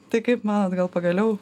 tai kaip manot gal pagaliau